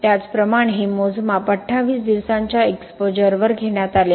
त्याचप्रमाणे हे मोजमाप 28 दिवसांच्या एक्सपोजरवर घेण्यात आले